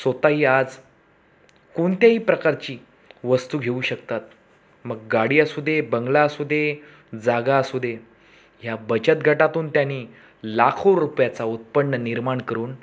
स्वतःही आज कोणत्याही प्रकारची वस्तू घेऊ शकतात मग गाडी असू दे बंगला असू दे जागा असू दे ह्या बचत गटातून त्यांनी लाखो रुपयाचा उत्पन्न निर्माण करून